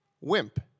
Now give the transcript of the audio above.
Wimp